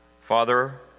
Father